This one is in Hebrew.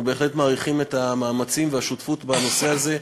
אנחנו בהחלט מעריכים את המאמצים והשותפות בנושא הזה,